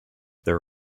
there